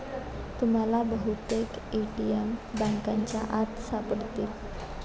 तुम्हाला बहुतेक ए.टी.एम बँकांच्या आत सापडतील